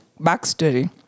backstory